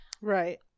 Right